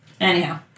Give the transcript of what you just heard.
Anyhow